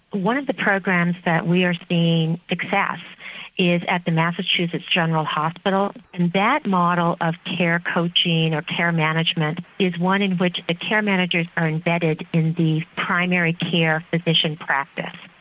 one of the programs that we are seeing success is at the massachusetts general hospital and that model of care coaching or care management is one in which the ah care managers are embedded in the primary care physician practice.